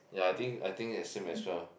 ya I think I think is same as well